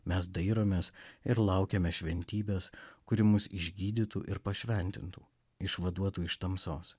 mes dairomės ir laukiame šventybės kuri mus išgydytų ir pašventintų išvaduotų iš tamsos